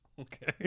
Okay